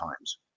times